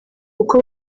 uko